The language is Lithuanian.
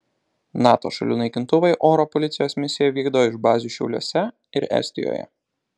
nato šalių naikintuvai oro policijos misiją vykdo iš bazių šiauliuose ir estijoje